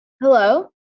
Hello